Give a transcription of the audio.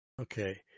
Okay